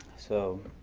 so